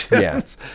Yes